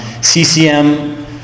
CCM